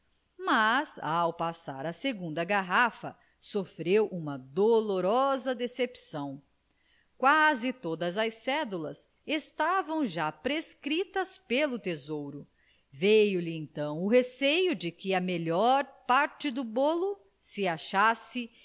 mas ao passar à segunda garrafa sofreu uma dolorosa decepção quase todas as cédulas estavam já prescritas pelo tesouro veio-lhe então o receio de que a melhor parte do bolo se achasse